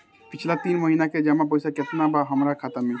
पिछला तीन महीना के जमा पैसा केतना बा हमरा खाता मे?